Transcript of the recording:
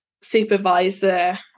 supervisor